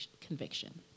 conviction